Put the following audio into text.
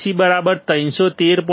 આપણને Vc 313